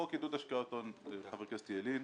חוק עידוד השקעות הון, חבר הכנסת ילין,